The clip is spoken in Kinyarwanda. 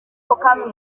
akaboko